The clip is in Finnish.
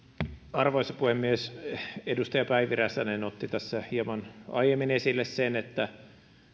arvoisa puhemies edustaja päivi räsänen otti tässä hieman aiemmin esille sen että